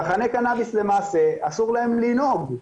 צרכני קנאביס למעשה אסור להם לנהוג,